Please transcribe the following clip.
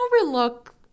overlook